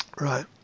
right